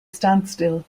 standstill